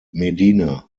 medina